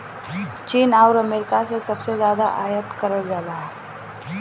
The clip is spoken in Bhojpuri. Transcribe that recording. चीन आउर अमेरिका से सबसे जादा आयात करल जाला